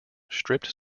stripped